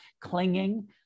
Clinging